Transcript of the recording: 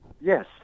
yes